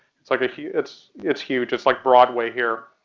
it's like a huge, it's it's huge, it's like broadway here.